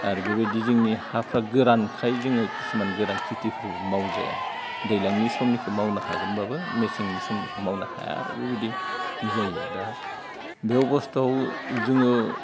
आरो बेबायदि जोंनि हाफ्रा गोरानखाय जोङो किसुमान गोरान खेथिफोरबो मावजाया दैज्लांनि समनिखो मावनो हागोनब्लाबो मेसेंनि समनिखौ मावनो हाया आरो बेबायदि जायो दा बे अबस्थायाव जोंनो